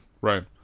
Right